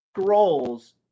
scrolls